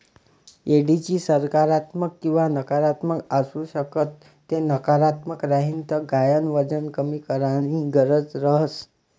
एडिजी सकारात्मक किंवा नकारात्मक आसू शकस ते नकारात्मक राहीन तर गायन वजन कमी कराणी गरज रहस